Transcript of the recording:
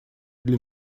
для